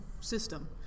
system